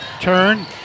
Turn